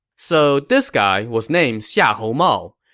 so this guy was named xiahou mao.